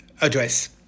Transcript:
address